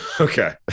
Okay